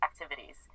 activities